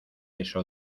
eso